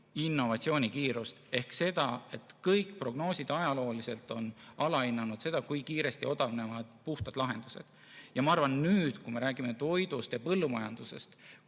innovatsiooni kiirust, ehk siis kõik senised prognoosid on alahinnanud seda, kui kiiresti odavnevad puhtad lahendused. Ma arvan, et nüüd, kui me räägime toidust ja põllumajandusest,